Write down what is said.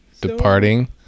departing